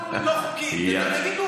לא יועץ משפטי.